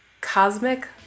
Cosmic